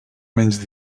menys